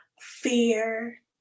fear